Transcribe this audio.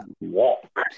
walk